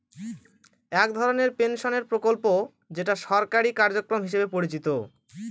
এক ধরনের পেনশনের প্রকল্প যেটা সরকারি কার্যক্রম হিসেবে পরিচিত